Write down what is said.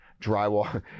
drywall